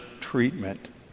treatment